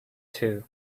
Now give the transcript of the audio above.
too